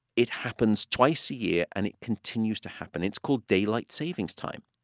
it happens twice a year, and it continues to happen. it's called daylight savings time.